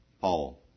Paul